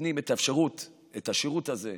נותנים את השירות הזה,